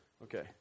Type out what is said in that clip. Okay